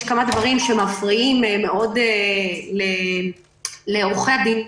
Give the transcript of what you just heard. יש כמה דברים שמפריעים מאוד לעורכי הדין,